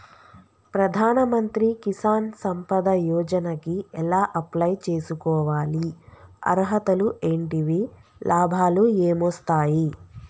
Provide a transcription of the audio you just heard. ప్రధాన మంత్రి కిసాన్ సంపద యోజన కి ఎలా అప్లయ్ చేసుకోవాలి? అర్హతలు ఏంటివి? లాభాలు ఏమొస్తాయి?